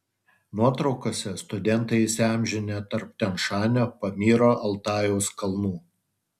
nuotraukose studentai įsiamžinę tarp tian šanio pamyro altajaus kalnų